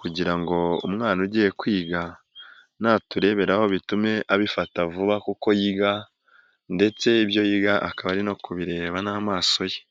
kugira ngo umwana ugiye kwiga natureberaho bitume abifata vuba kuko yiga ndetse ibyo yiga akaba ari no kubireba n'amaso ye.